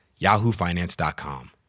yahoofinance.com